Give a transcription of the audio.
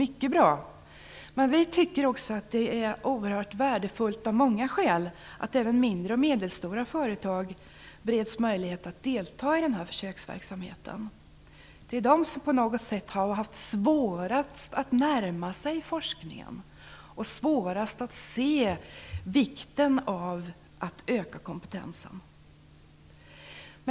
Men vi tycker också att det av många skäl är viktigt att även mindre och medelstora företag bereds möjlighet att delta i denna försöksverksamhet. Det är dessa som på något sätt har haft svårast att närma sig forskningen och svårast att inse vikten av en ökad kompetens.